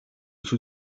sous